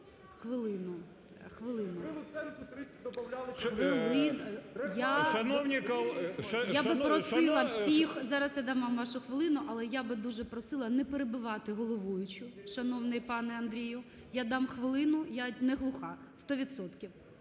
ГОЛОВУЮЧИЙ. Я попросила всіх, зараз я дам вашу хвилину, але я би дуже просила не перебивати головуючу, шановний пане Андрію. Я дам хвилину, я не глуха, сто